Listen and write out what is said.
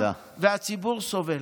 והציבור סובל.